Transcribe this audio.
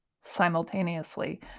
simultaneously